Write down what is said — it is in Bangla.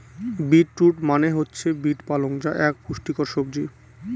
বিট রুট মনে হচ্ছে বিট পালং যা এক পুষ্টিকর সবজি